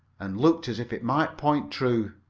and looked as if it might point true.